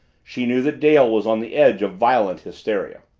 she knew that dale was on the edge of violent hysteria.